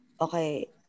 okay